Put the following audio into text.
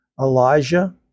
Elijah